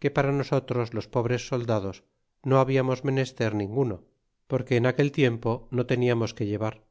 que para nosotros los pobres soldados no hablamos menester ninguno porque en aquel tiempo no teniamos que llevar